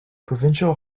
provincial